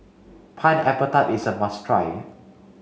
pineapple tart is a must try